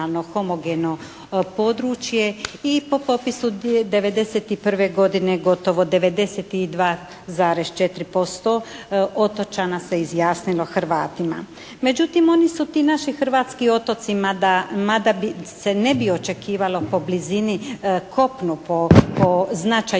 hrvatski otoci da, mada bi se ne bi očekivalo po blizini kopno, po značaju